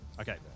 Okay